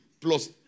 Plus